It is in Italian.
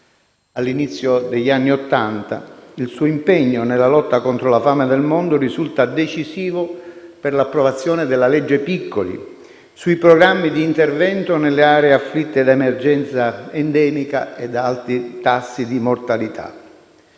All'inizio degli anni Ottanta, il suo impegno nella lotta contro la fame nel mondo risulta decisivo per l'approvazione della legge Piccoli, sui programmi di intervento nelle aree afflitte da emergenza endemica e alti tassi di mortalità.